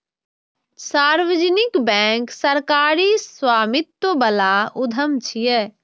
सार्वजनिक बैंक सरकारी स्वामित्व बला उद्यम छियै